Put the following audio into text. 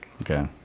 okay